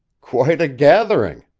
quite a gathering!